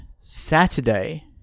Saturday